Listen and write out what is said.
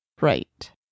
Right